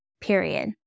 period